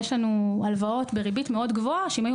יש לנו הלוואות בריבית מאוד גבוהה שאם הרשויות